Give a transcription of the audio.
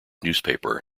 newspaper